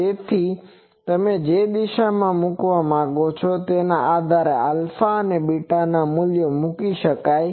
તેથી તમે જે દિશામાં મૂકવા માંગો છો તેના આધારે આલ્ફા અને બીટાના મૂલ્યો મૂકી શકાય છે